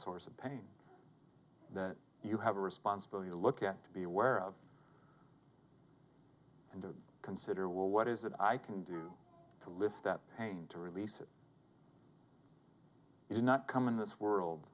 source of pain that you have a responsibility to look at to be aware of and to consider well what is it i can do to lift that pain to release it it is not coming this world